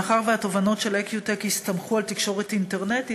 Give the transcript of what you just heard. מאחר שהתובענות של "איקיוטק" הסתמכו על תקשורת אינטרנטית,